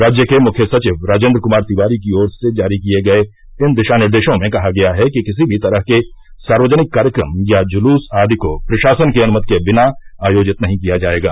राज्य के मुख्य सचिव राजेन्द्र कुमार तिवारी की ओर से जारी किए गए इन दिशानिर्देशों में कहा गया है कि र्किसी भी तरह के सार्वजनिक कार्यक्रम या जुलूस आदि को प्रशासन की अनुमति के बिना आयोजित नहीं किया जाएगा